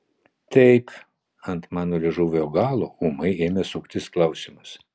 taip ant mano liežuvio galo ūmai ėmė suktis klausimas